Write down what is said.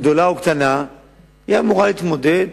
גדולה או קטנה אמורה להתמודד,